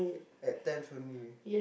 at times only